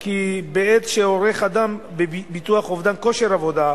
כי בעת שעורך אדם ביטוח אובדן כושר עבודה,